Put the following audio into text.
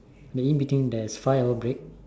maybe in between there's five hour break